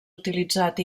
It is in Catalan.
utilitzat